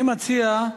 אני מציע,